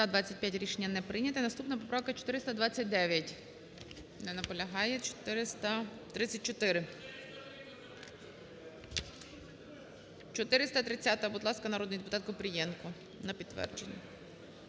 За-25 Рішення не прийнято. Наступна поправка - 429. Не наполягає. 434. 430-а. Будь ласка, народний депутатКупрієнко. На підтвердження.